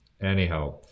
Anyhow